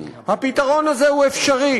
הפתרון הזה אפשרי.